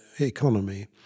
economy